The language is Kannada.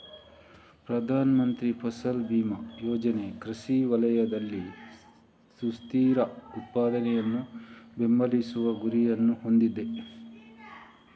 ಪ್ರಧಾನ ಮಂತ್ರಿ ಫಸಲ್ ಬಿಮಾ ಯೋಜನೆ ಕೃಷಿ ವಲಯದಲ್ಲಿ ಸುಸ್ಥಿರ ಉತ್ಪಾದನೆಯನ್ನು ಬೆಂಬಲಿಸುವ ಗುರಿಯನ್ನು ಹೊಂದಿದೆ